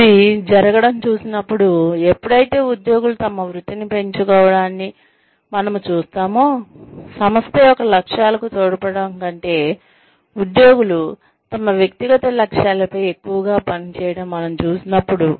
ఇది జరగడం చూసినప్పుడు ఎప్పుడైతే ఉద్యోగులు తమ వృత్తిని పెంచుకోవడాన్ని మనము చూస్తామో సంస్థ యొక్క లక్ష్యాలకు తోడ్పడటం కంటే ఉద్యోగులు తమ వ్యక్తిగత లక్ష్యాలపై ఎక్కువగా పనిచేయడం మనం చూసినప్పుడు